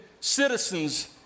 citizens